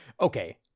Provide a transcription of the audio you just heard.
Okay